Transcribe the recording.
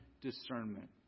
discernment